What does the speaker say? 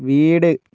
വീട്